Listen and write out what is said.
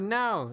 now